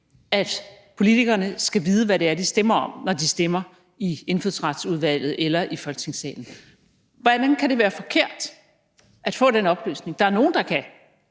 at politikerne skal vide, hvad det er, de stemmer om, når de stemmer i Indfødsretsudvalget eller i Folketingssalen. Hvordan kan det være forkert at få den oplysning? Der er nogle, der kan